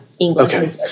Okay